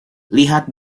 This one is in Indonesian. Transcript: lihat